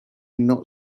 not